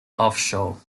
offshore